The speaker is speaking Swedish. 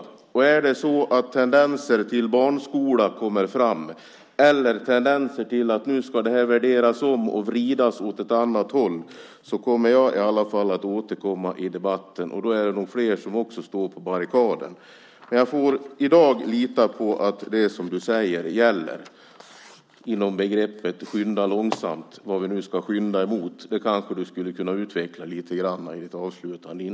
Är det så att det kommer fram tendenser till barnskola eller tendenser till att förskolan ska värderas om och vridas åt ett annat håll kommer jag att återkomma i debatten. Och då är det nog fler som står på barrikaderna. Jag får i dag lita på att det som du säger gäller inom begreppet "skynda långsamt". Vad det är vi ska skynda mot kanske du skulle kunna utveckla lite grann.